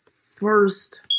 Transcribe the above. first